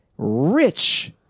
rich